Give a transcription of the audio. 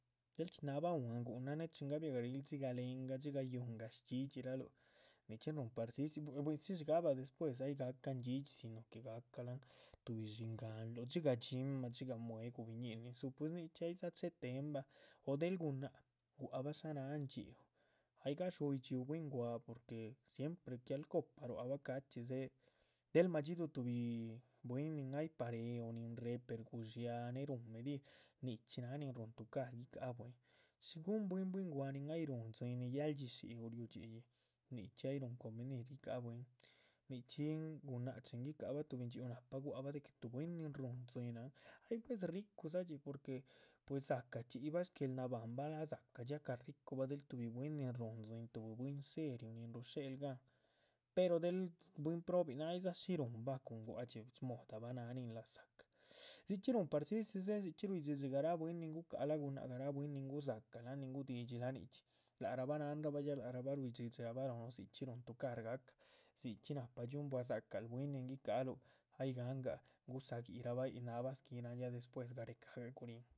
Del chxí nahbah un ahn guhunan néh chin gabiahgaril dxigah lengah dxigah yúhungah shdhxídhxiraluh, nichxín ruhun parcici buindzi dxíigahba despues. ay gahcahan dhxídhxi si no que gahcalahan tuhbi dxíngahanluh dxigah dxímah dxigah mueguh biñínin dzú, pues nichixí ay dza chetehen bah o del gunáhc. guahbah shá náha ndxhíu, ay gadxuyih ndxhíu bwín gua´ porque siempre ahl copa rua´c bah cachxí dzéhe del ma´dxiduhu tuhbi bwín nin aypah réhe o nin réhe. per gudxiaha ay rúhun medir nichxí náha nin rúhun tucar guica´ha bwín shí guhun bwín bwín gua´ nin ay rúhun dzín nin yál dxishiu´ riú dxiýih nichxí ay rúhun convenir. guicáha bwín nichxín gunáhc chin guicahab tuhbi ndxhíu náhpa gua´c bah de que tuhbi bwín nin rúhun dzináhan ay buez rucudxidza porque pues dza´cah chxiyibah shgueel. nabahanbah dza´cah dxiacah ricubah del tuhbi bwín nin rúhun tzín o bwín seriu nin rshéhel gáhan pero del bwín probinahan aydza shí ru´hunbah cun gua´dxil shmodabah. náh nin laza´cah dzichxí rúhun parcici dze dzichxí ruydhxidxi bwín nin guca´lah gunáhc garáh bwín nin guzacalahan nin gudidxi láhn nichxí lác rahba náhanrabah. ya lác rahba ruidhxídhxirabah lóhnuh dzichxí rúhun tucar ga´cah dzichxí náhpa dxiun bua dzáxcalbah bwín nin guica´hal ay gáhangah guza yíhrabah yíc náhrabah squí náhan. ya despues garecagah guríhn